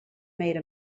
made